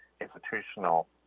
institutional